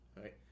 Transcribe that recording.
right